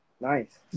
Nice